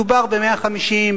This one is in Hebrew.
מדובר ב-150,